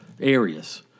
areas